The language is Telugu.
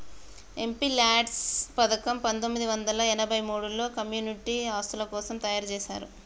ఎంపీల్యాడ్స్ పథకం పందొమ్మిది వందల తొంబై మూడులో కమ్యూనిటీ ఆస్తుల కోసం తయ్యారుజేశారు